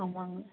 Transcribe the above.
ஆமாங்க